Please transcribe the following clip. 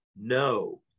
No